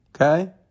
Okay